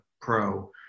pro